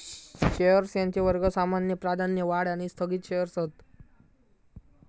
shares यांचे वर्ग सामान्य, प्राधान्य, वाढ आणि स्थगित शेअर्स हत